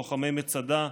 לוחמי מצדה,